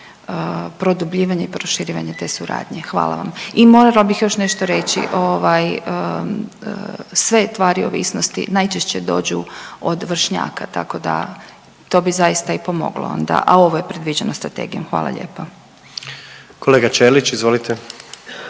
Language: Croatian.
produbljivanje i proširivanje te suradnje. Hvala vam. I morala bih još nešto reći, ovaj sve tvari ovisnosti najčešće dođu od vršnjaka, tako da to bi zaista i pomoglo onda, a ovo je predviđeno strategijom. Hvala lijepo. **Jandroković, Gordan